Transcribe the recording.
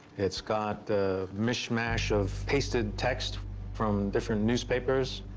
it's got a mishmash of pasted text from different newspapers.